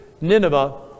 Nineveh